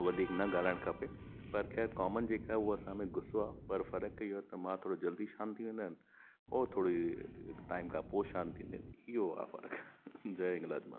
वधीक न ॻाल्हाइणु खपे पर खैर कॉमन जेका आहे हूअ असां में गुसो आहे पर फ़रकु इहो आहे त मां थोरो जल्दी शांत थी वेंदो आहियां हूअ थोरो टाइम खां पोइ शांत थींदा आहिनि इहो आहे फ़रकु जय हिंगलामाता